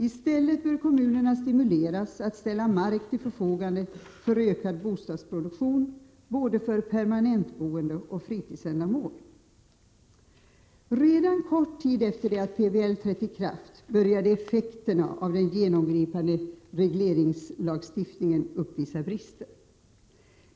I stället bör kommunerna stimuleras att ställa mark till förfogande för ökad bostadsproduktion för både permanentboende och fritidsändamål. Redan kort tid efter det att PBL trätt i kraft började den genomgripande regleringslagstiftningen uppvisa brister.